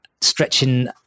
stretching